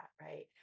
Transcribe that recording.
right